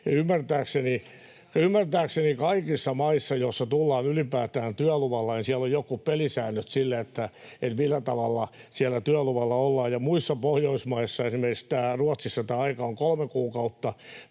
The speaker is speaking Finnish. Ymmärtääkseni kaikissa maissa, joihin ylipäätään tullaan työluvalla, on jotkut pelisäännöt sille, millä tavalla siellä työluvalla ollaan. Muissa Pohjoismaissa, esimerkiksi Ruotsissa, tämä aika on kolme kuukautta,